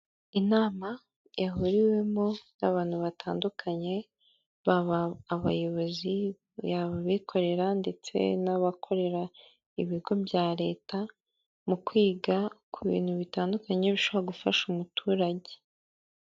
Inama yahuriwemo n'abantu batandukanye, baba abayobozi, yaba abikorera ndetse n'abakorera ibigo bya Leta, mu kwiga ku bintu bitandukanye bishobora gufasha umuturage.